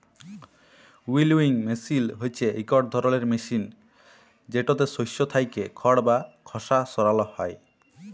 উইলউইং মিশিল হছে ইকট ধরলের মিশিল যেটতে শস্য থ্যাইকে খড় বা খসা সরাল হ্যয়